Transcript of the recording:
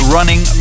Running